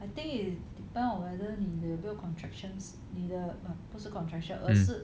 um